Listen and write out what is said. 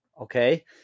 Okay